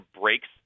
breaks